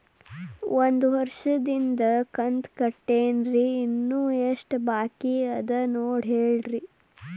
ಒಂದು ವರ್ಷದಿಂದ ಕಂತ ಕಟ್ಟೇನ್ರಿ ಇನ್ನು ಎಷ್ಟ ಬಾಕಿ ಅದ ನೋಡಿ ಹೇಳ್ರಿ